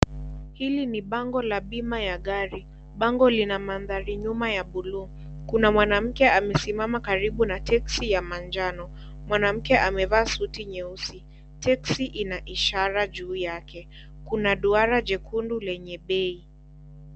Hili ni bango la bima ya gari. Bango lina manthari nyuma ya buluu. Kuna mwanamke amesimama karibu na teksi ya manjano. Mwanamke amevaa suti nyeusi. Teksi inaishara juu yake. Kuna duara jekundu lenye bei.